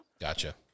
Gotcha